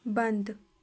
ਬੰਦ